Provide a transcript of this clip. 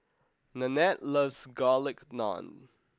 Nanette loves Garlic Naan